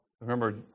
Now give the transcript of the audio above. Remember